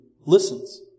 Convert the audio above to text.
listens